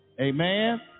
Amen